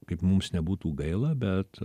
kaip mums nebūtų gaila bet